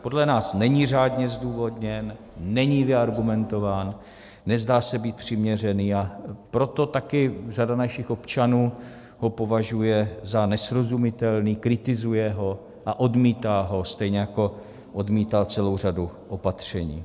Podle nás není řádně zdůvodněn, není vyargumentován, nezdá se být přiměřený, a proto ho také řada našich občanů považuje za nesrozumitelný, kritizuje ho a odmítá ho, stejně jako odmítá celou řadu opatření.